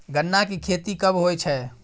गन्ना की खेती कब होय छै?